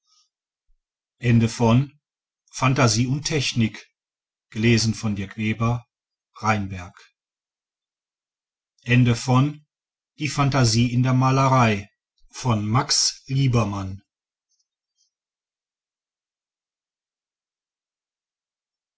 ihm bespiegelt die phantasie in der malerei von